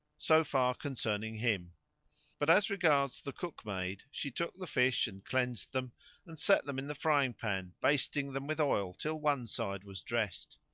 so far concerning him but as regards the cookmaid, she took the fish and cleansed them and set them in the frying pan, basting them with oil till one side was dressed.